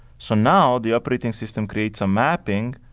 so now the operating system creates a mapping,